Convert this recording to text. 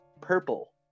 purple